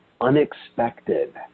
unexpected